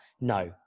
no